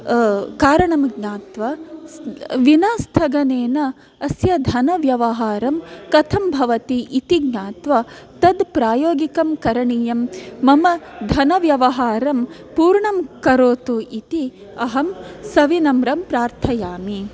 कारणं ज्ञात्वा विना स्थगनेन अस्य धनव्यवहारं कथं भवति इति ज्ञात्वा तत् प्रायोगिकं करणीयं मम धनव्यवहारं पूर्णं करोतु इति अहं सविनम्रं प्राथयामि